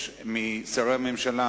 משרי הממשלה